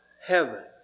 heaven